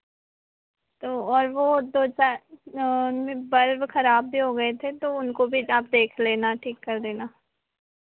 तो और वो दो चार उनमें बल्ब खराब भी हो गए थे तो उनको भी आप देख लेना ठीक कर देना